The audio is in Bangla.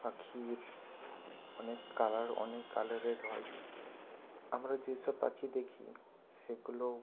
পাখির অনেক কালার অনেক কালারের হয় আমরা যেসব পাখি দেখি সেগুলোও